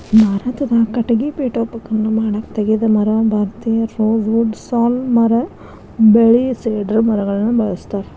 ಭಾರತದಾಗ ಕಟಗಿ ಪೇಠೋಪಕರಣ ಮಾಡಾಕ ತೇಗದ ಮರ, ಭಾರತೇಯ ರೋಸ್ ವುಡ್ ಸಾಲ್ ಮರ ಬೇಳಿ ಸೇಡರ್ ಮರಗಳನ್ನ ಬಳಸ್ತಾರ